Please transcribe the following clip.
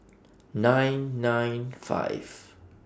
nine nine five